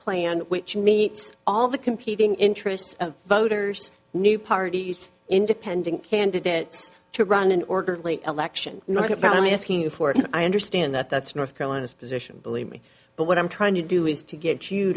plan which meets all the competing interests of voters new parties independent candidates to run an orderly election not about me asking you for it and i understand that that's north carolina's position believe me but what i'm trying to do is to get you